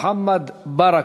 מוחמד ברכה.